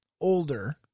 older